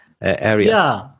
areas